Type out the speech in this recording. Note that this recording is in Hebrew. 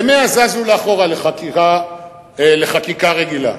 ו-100 זזו אחורה לחקיקה רגילה,